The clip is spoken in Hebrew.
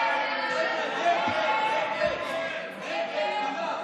סעיף 2 נתקבל.